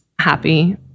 happy